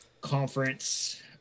conference